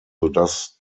sodass